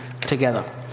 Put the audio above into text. together